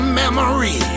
memory